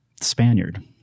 Spaniard